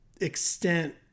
extent